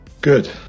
good